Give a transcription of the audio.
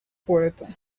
poeta